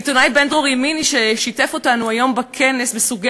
העיתונאי בן-דרור ימיני שיתף אותנו היום בכנס בסוגי